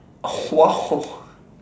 oh !wow!